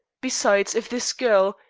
besides, if this girl,